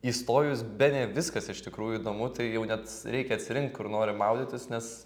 įstojus bene viskas iš tikrųjų įdomu tai jau net reikia atsirinkt kur nori maudytis nes